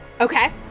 Okay